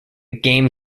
game